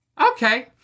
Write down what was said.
Okay